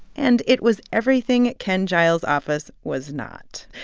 and it was everything ken giles' office was not.